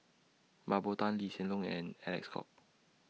Mah Bow Tan Lee Hsien Loong and Alec Kuok